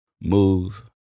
move